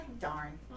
darn